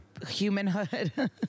humanhood